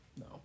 No